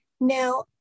Now